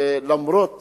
ולמרות